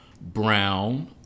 brown